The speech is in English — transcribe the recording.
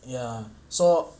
ya so